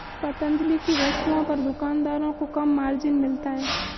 पतंजलि की वस्तुओं पर दुकानदारों को कम मार्जिन मिलता है